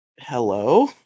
Hello